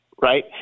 right